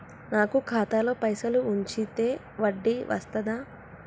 నాకు ఖాతాలో పైసలు ఉంచితే వడ్డీ వస్తదా?